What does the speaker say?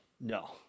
No